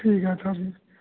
ਠੀਕ ਹੈ ਸਰ ਜੀ